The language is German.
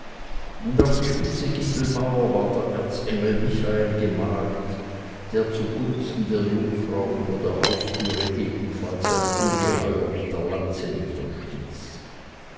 und auf die spitze giebelmauer war der engel michael gemalt der zugunsten der jungfrau über der haustüre ebenfalls ein ungeheuer mit seiner lanze